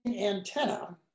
antenna